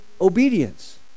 obedience